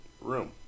room